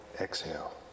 exhale